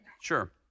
sure